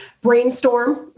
brainstorm